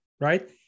Right